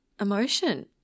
emotion